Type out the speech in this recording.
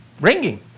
ringing